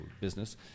business